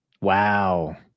Wow